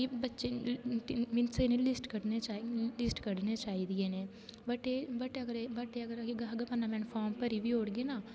बच्चे मिन्स इंहे लिस्ट कड्ढनी चाहिदी लिस्ट कड्ढनी चाहिदी ऐ इंहे बट एह् बट अगर एह् अगर गवर्नामेंट फार्म बी ओड़गे ना